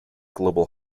global